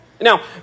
Now